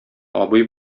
абый